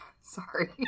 Sorry